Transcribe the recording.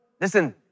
Listen